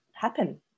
happen